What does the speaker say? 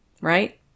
Right